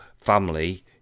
family